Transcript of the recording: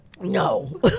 No